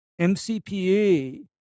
MCPA